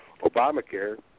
Obamacare